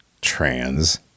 trans